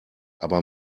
aber